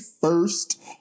first